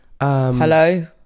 Hello